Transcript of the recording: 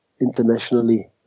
internationally